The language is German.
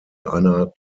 einer